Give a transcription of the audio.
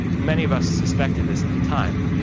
many of us suspected this at the time,